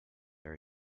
are